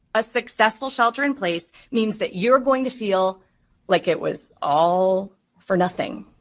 a successful shelter in place means that you're going to feel like it was all for nothing.